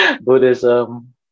Buddhism